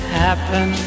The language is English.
happen